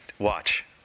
Watch